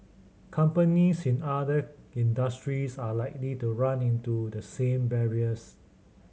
companies in other industries are likely to run into the same barriers